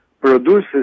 produces